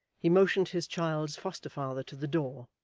he motioned his child's foster-father to the door,